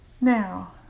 Now